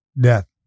death